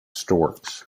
storks